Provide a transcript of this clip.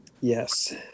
yes